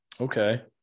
Okay